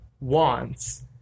wants